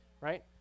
right